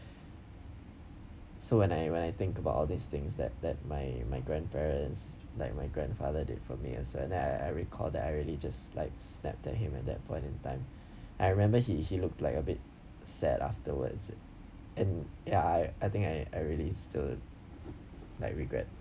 so when I when I think about all these things that that my my grandparents like my grandfather did for me as well and then I I recall that I really just like snapped at him at that point in time I remember he he looked like a bit sad afterwards it and ya I I think I I really still like regret